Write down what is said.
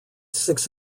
six